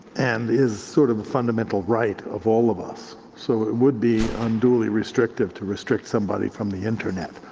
and is sort of the fundamental right of all of us so it would be unduly restrictive to restrict somebody from the internet,